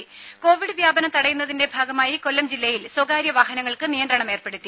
രുര കോവിഡ് വ്യാപനം തടയുന്നതിന്റെ ഭാഗമായി കൊല്ലം ജില്ലയിൽ സ്വകാര്യ വാഹനങ്ങൾക്ക് നിയന്ത്രണം ഏർപ്പെടുത്തി